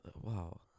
Wow